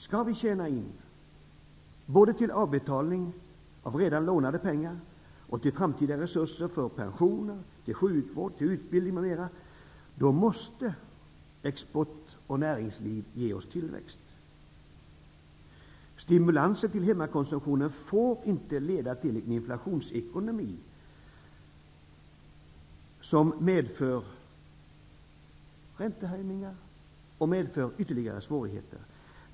Skall vi tjäna in både till avbetalning av redan lånade pengar och till framtida resurser för pensioner, sjukvård, utbildning, m.m., måste export och näringsliv ge oss tillväxt. Stimulansen till hemmakonsumtionen får inte leda till en inflationsekonomi som medför räntehöjningar och ytterligare svårigheter.